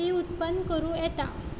ती उत्पन्न करूंक येता